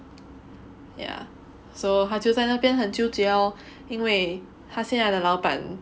yeah so 他就在那边很纠结 lor 因为他现在的老板